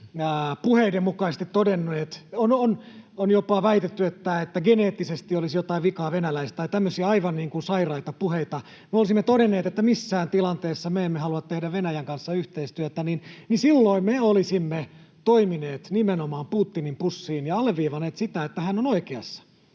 puheiden mukaisesti todenneet — on jopa väitetty, että venäläisissä olisi geneettisesti jotain vikaa, tai on tämmöisiä aivan niin kuin sairaita puheita — että missään tilanteessa me emme halua tehdä Venäjän kanssa yhteistyötä? Silloin me olisimme toimineet nimenomaan Putinin pussiin ja alleviivanneet sitä, että hän on oikeassa.